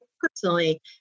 personally